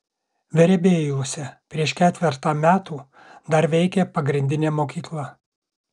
verebiejuose prieš ketvertą metų dar veikė pagrindinė mokykla